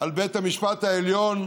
על בית המשפט העליון,